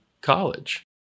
college